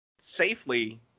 safely